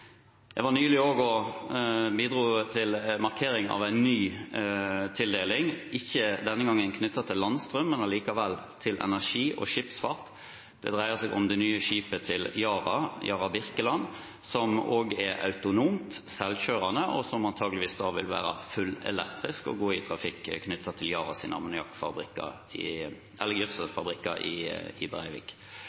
Jeg var nylig med og bidro til markering av en ny tildeling, denne gangen ikke knyttet til landstrøm, men likevel til energi og skipsfart. Det dreide seg om det nye skipet til Yara, «Yara Birkeland», som er autonomt, selvkjørende og antageligvis vil være fullelektrisk og gå i trafikk knyttet til Yaras gjødselfabrikker i Brevik. Det er en spennende utvikling i